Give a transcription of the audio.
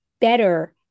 better